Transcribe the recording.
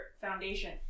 foundation